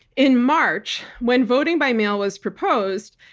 in march, when voting by mail was proposed,